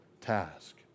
task